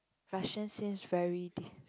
fashion sense very diff~